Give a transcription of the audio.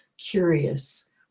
curious